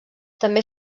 també